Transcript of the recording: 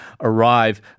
arrive